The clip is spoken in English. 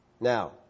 Now